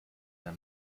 der